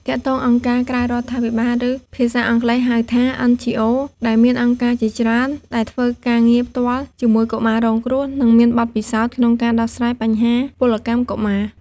ទាក់ទងអង្គការក្រៅរដ្ឋាភិបាល ឬភាសាអង់គ្លេសហៅថា NGOs ដែលមានអង្គការជាច្រើនដែលធ្វើការងារផ្ទាល់ជាមួយកុមាររងគ្រោះ និងមានបទពិសោធន៍ក្នុងការដោះស្រាយបញ្ហាពលកម្មកុមារ។